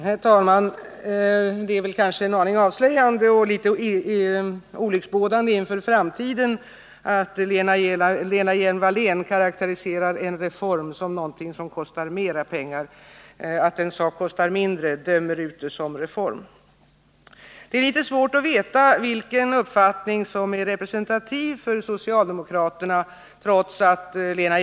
Herr talman! Det är kanske en aning avslöjande och olycksbådande inför framtiden att Lena Hjelm-Wallén karakteriserar en reform som någonting som kostar mer pengar, samtidigt som hon anser att just det att någonting kostar mindre dömer ut det som reform. Lena Hjelm-Wallén talar om principer, men det är litet svårt att veta vilken uppfattning som är representativ för socialdemokraterna.